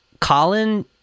Colin